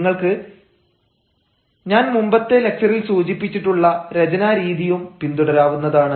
നിങ്ങൾക്ക് ഞാൻ മുമ്പത്തെ ലക്ച്ചറിൽ സൂചിപ്പിച്ചിട്ടുള്ള രചനാ രീതിയും പിന്തുടരാവുന്നതാണ്